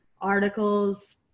articles